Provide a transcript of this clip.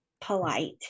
polite